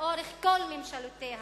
לאורך כל ממשלותיה,